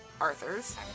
Arthur's